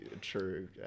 true